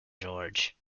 george